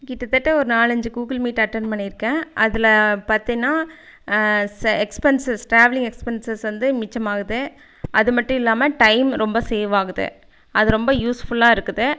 கிட்டத்தட்ட ஒரு நாலஞ்சு கூகுள் மீட் அட்டன் பண்ணியிருக்கேன் அதில் பார்த்தின்னா ச எக்ஸ்பென்சஸ் ட்ராவலிங் எக்ஸ்பென்சஸ் வந்து மிச்சமாகுது அது மட்டுல்லாமல் டைம் ரொம்ப சேவ் ஆகுது அது ரொம்ப யூஸ்ஃபுல்லாக இருக்குது